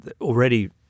already